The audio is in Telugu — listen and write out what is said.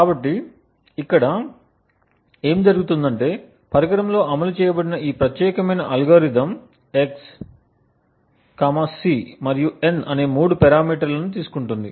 కాబట్టి ఇక్కడ ఏమి జరుగుతుందంటే పరికరంలో అమలు చేయబడిన ఈ ప్రత్యేకమైన అల్గోరిథం x c మరియు n అనే మూడు పారామీటర్లను తీసుకుంటుంది